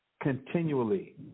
continually